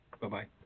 Bye-bye